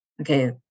okay